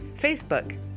Facebook